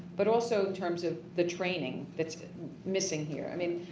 but also in terms of the training that's missing here. i mean,